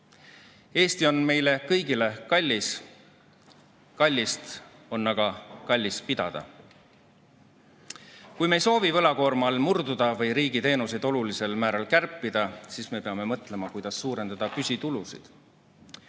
Eesti on meile kõigile kallis. Kallist on aga kallis pidada. Kui me ei soovi võlakoorma all murduda või riigi teenuseid olulisel määral kärpida, siis me peame mõtlema, kuidas suurendada püsitulusid.